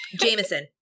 Jameson